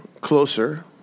closer